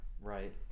Right